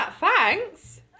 thanks